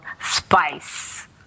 spice